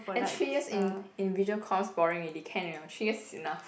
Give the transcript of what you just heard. and three years in in visual course boring already can [liao] three years is enough